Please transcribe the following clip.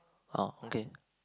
oh okay